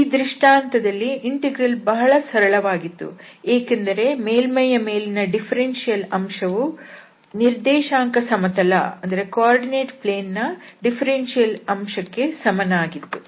ಈ ದೃಷ್ಟಾಂತದಲ್ಲಿ ಇಂಟೆಗ್ರಲ್ ಬಹಳ ಸರಳವಾಗಿತ್ತು ಏಕೆಂದರೆ ಮೇಲ್ಮೈಯ ಮೇಲಿನ ಡಿಫರೆನ್ಷಿಯಲ್ ಅಂಶವು ನಿರ್ದೇಶಾಂಕ ಸಮತಲದ ಮೇಲಿನ ಡಿಫರೆನ್ಷಿಯಲ್ ಅಂಶಕ್ಕೆ ಸಮನಾಗಿತ್ತು